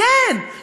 כן,